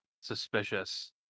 suspicious